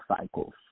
cycles